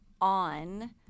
on